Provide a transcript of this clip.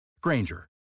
Granger